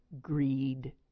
greed